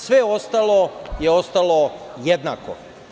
Sve ostalo je ostalo jednako.